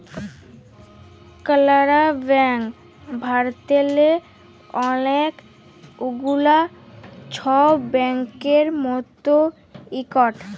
কালাড়া ব্যাংক ভারতেল্লে অলেক গুলা ছব ব্যাংকের মধ্যে ইকট